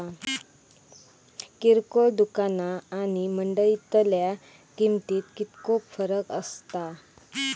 किरकोळ दुकाना आणि मंडळीतल्या किमतीत कितको फरक असता?